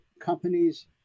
companies